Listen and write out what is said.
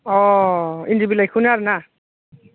अ इन्दि बिलाइखौनो आरोना